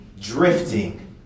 drifting